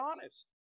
honest